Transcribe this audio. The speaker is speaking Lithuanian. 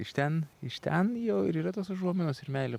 iš ten iš ten jau ir yra tos užuominos ir meilė